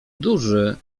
duży